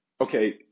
okay